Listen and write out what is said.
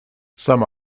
some